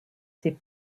ses